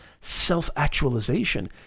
Self-actualization